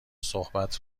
صحبت